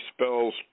spells